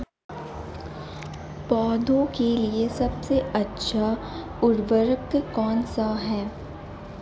पौधों के लिए सबसे अच्छा उर्वरक कौनसा हैं?